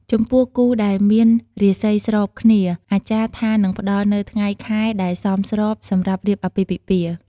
ចំពោះគូដែលមានរាសីស្របគ្នា អាចារ្យថានឹងផ្ដល់នូវថ្ងៃខែដែលសមស្របសម្រាប់រៀបអាពាហ៍ពិពាហ៍។